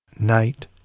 night